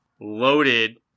loaded